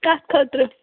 کَتھ خٲطرٕ